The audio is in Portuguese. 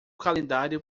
calendário